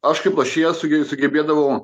aš kaip lošėjas suge sugebėdavau